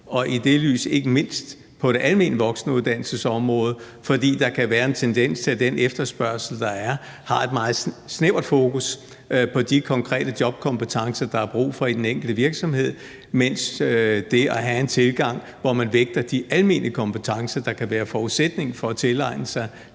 og i det lys ikke mindst på det almene voksenuddannelsesområde, fordi der kan være en tendens til, at den efterspørgsel, der er, har et meget snævert fokus på de konkrete jobkompetencer, der er brug for i den enkelte virksomhed, mens det at have en tilgang, hvor man vægter de almene kompetencer, der kan være forudsætningen for at tilegne sig